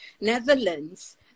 Netherlands